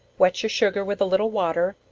wet your sugar with a little water,